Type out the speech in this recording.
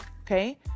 okay